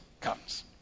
comes